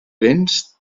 béns